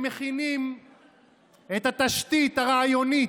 הם מכינים את התשתית הרעיונית,